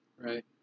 Right